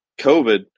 COVID